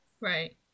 right